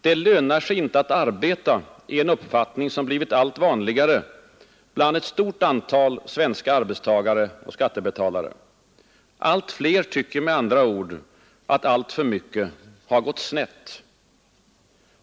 Det lönar sig inte att arbeta, är en uppfattning som blivit allt vanligare bland ett stort antal svenska arbetstagare och skattebetalare. Allt fler tycker med andra ord att alltför mycket har gått snett.